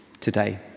today